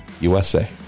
USA